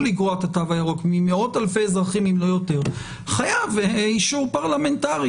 לגרוע מהתו הירוק ממאות אלפי אזרחים אם לא יותר חייב אישור פרלמנטרי,